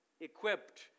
equipped